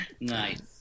Nice